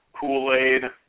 Kool-Aid